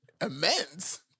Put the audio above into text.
Immense